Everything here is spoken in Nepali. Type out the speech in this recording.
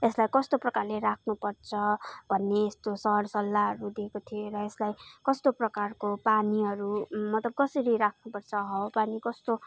यसलाई कस्तो प्रकारले राख्नु पर्छ भन्ने यस्तो सर सल्लाहहरू दिएको थिएँ र यसलाई कस्तो प्रकारको पानीहरू मतलब कसरी राख्नु पर्छ हावा पानी कस्तो